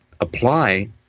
apply